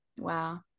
Wow